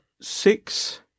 six